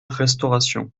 restauration